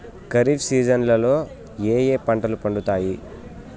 ఖరీఫ్ సీజన్లలో ఏ ఏ పంటలు పండుతాయి